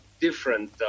different